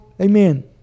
Amen